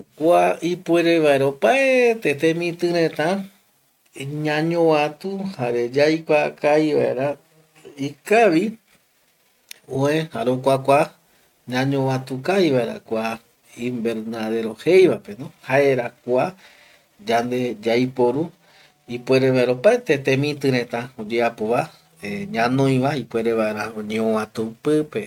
Kua ipuere vaera opaete temiti reta ñañovatu jare yaikua kavi vaera ikavi öe jare okuakua, ñañovatu kavi vaera kua invernadero jeivapeno jaera kua yande yaiporu ipuere vaera opaete temiti reta oyeapova eh ñanoiva ipuere vaera oñeovatu pipe